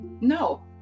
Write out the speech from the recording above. No